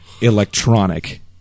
electronic